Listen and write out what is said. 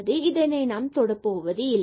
நாம் இதனை தொட போவது இல்லை